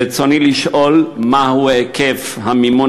רצוני לשאול: 1. מה הוא היקף המימון